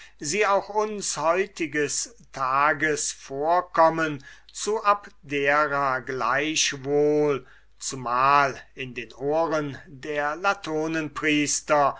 sie uns heutiges tages vorkommen zu abdera gleichwohl zumal in den ohren der